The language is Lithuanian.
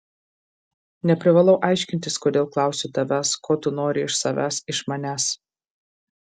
neprivalau aiškintis kodėl klausiu tavęs ko tu nori iš savęs iš manęs